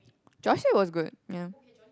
Joyce say was good ya